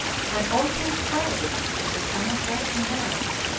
and orpheus prayed to the samothracian gods,